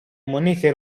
monete